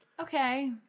Okay